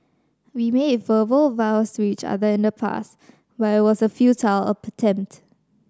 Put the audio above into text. we made verbal vows to each other in the past but it was a futile tempt